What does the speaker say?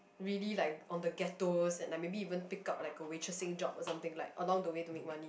really like on the ghettos and like maybe even take up like a waitressing job or something like along the way to make money